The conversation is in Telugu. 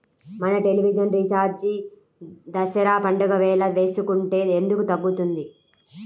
మన టెలివిజన్ రీఛార్జి దసరా పండగ వేళ వేసుకుంటే ఎందుకు తగ్గుతుంది?